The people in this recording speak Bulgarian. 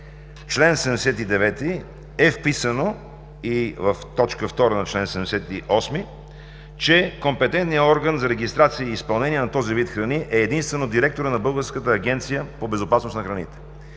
чл. 79 и чл. 78, т. 2 е вписано, че компетентният орган за регистрация и изпълнение на този вид храни е единствено директорът на Българската агенция по безопасност на храните,